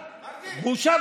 בושה.